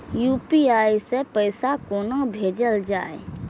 UPI सै पैसा कोना भैजल जाय?